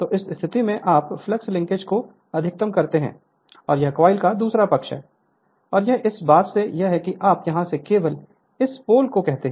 तो इस स्थिति में आप फ्लक्स लिंकेज को अधिकतम कहते हैं और यह कॉइल का दूसरा पक्ष है और यह इस बात से है कि आप यहां से केवल इस पोल को कहते हैं